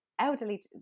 elderly